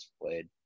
played